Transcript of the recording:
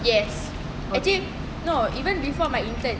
yes actually no even before my intern